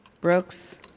Brooks